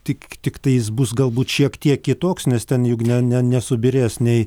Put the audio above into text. tik tiktai jis bus galbūt šiek tiek kitoks nes ten juk ne ne nesubyrės nei